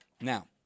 Now